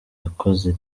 yakoze